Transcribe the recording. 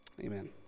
Amen